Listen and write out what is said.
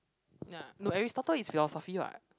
ya no Aristotle is philosophy what